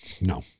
No